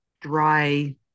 dry